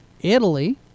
Italy